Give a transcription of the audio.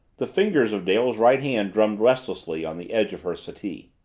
the fingers of dale's right hand drummed restlessly on the edge of her settee.